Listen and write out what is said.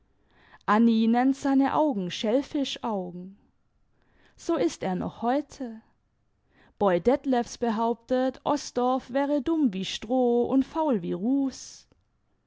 anni nennt seine augen schellfisch augen so ist er noch beute boy detlefs behauptet osdorff wäre dumm wie stroh und faul wie